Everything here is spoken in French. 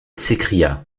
s’écria